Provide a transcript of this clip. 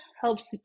helps